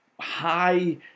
high